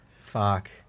Fuck